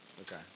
Okay